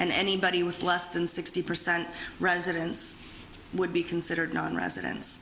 and anybody with less than sixty percent residence would be considered not residen